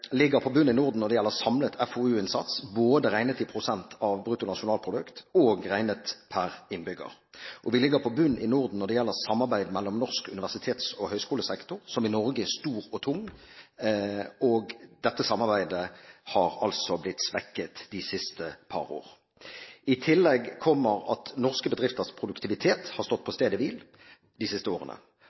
ligger på bunnen i Norden når det gjelder samlet FoU-innsats, både regnet i prosent av bruttonasjonalprodukt og regnet per innbygger. Vi ligger på bunnen i Norden når det gjelder samarbeid mellom norsk universitets- og høyskolesektor, som i Norge er stor og tung. Dette samarbeidet har altså blitt svekket de siste par år. I tillegg kommer at norske bedrifters produktivitet har stått på stedet hvil de siste årene,